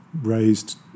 raised